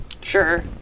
Sure